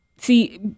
See